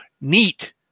Neat